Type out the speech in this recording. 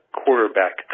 quarterback